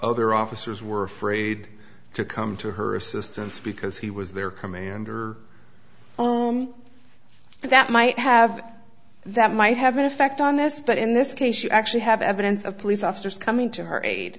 other officers were afraid to come to her assistance because he was their commander and that might have that might have an effect on this but in this case you actually have evidence of police officers coming to her aid